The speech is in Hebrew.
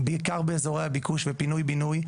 בעיקר באזורי הביקוש ופינוי בינוי,